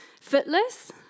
footless